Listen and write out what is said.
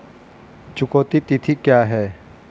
चुकौती तिथि क्या है?